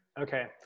okay